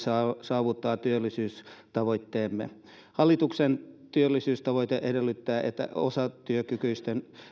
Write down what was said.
saavuttaa työllisyystavoitteemme hallituksen työllisyystavoite edellyttää että osatyökykyisten